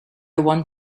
want